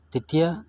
তেতিয়া